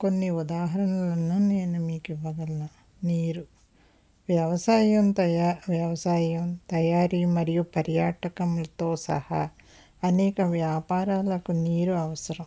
కొన్ని ఉదాహరణలు నేను మీకు ఇవ్వగలను నీరు వ్యవసాయం తయారు వ్యవసాయం తయారి మరియు పర్యాటకంతో సహా అనేక వ్యాపారాలకు నీరు అవసరం